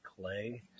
Clay